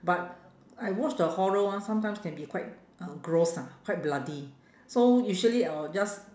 but I watch the horror one sometimes can be quite uh gross ah quite bloody so usually I will just